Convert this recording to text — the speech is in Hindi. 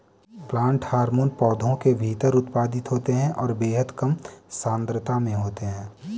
प्लांट हार्मोन पौधों के भीतर उत्पादित होते हैंऔर बेहद कम सांद्रता में होते हैं